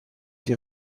die